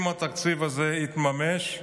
אם התקציב הזה יתממש,